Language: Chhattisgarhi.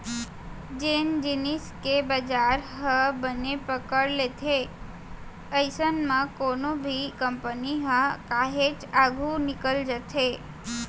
जेन जिनिस के बजार ह बने पकड़े लेथे अइसन म कोनो भी कंपनी ह काहेच आघू निकल जाथे